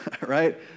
right